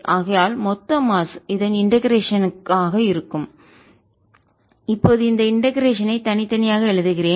ஆகையால் மொத்த மாஸ் நிறை இதன் இண்டெகரேஷன் க் ஒருங்கிணைந்ததாகஆக இருக்கும் இப்போது இந்த இண்டெகரேஷன் ஐ ஒருங்கிணைப்பை தனித்தனியாக எழுதுகிறேன்